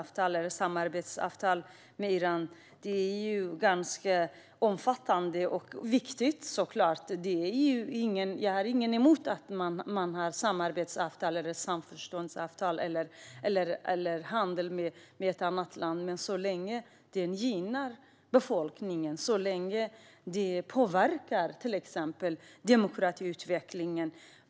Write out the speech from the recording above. Samarbetsavtalen med Iran är både omfattande och viktiga. Jag har inget emot att man har samarbetsavtal eller handel med ett annat land så länge det gynnar befolkningen och påverkar demokratiutvecklingen.